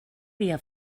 via